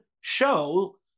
show